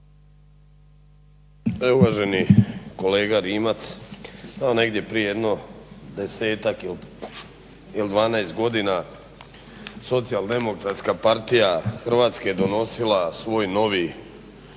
uvaženi kolega Rimac, evo negdje prije jedno desetak ili dvanaest godina Socijaldemokratska partija Hrvatske je donosila svoj novi